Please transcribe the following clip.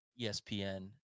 ESPN